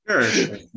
Sure